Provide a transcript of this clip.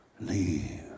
leave